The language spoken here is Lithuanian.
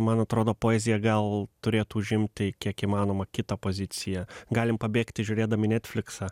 man atrodo poezija gal turėtų užimti kiek įmanoma kitą poziciją galim pabėgti žiūrėdami netfliksą